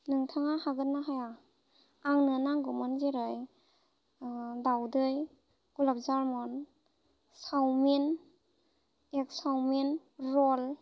नोंथाङा हागोनना हाया आंनो नांगौमोन जेरै दावदै gulab jamun chowmein egg chowmein रल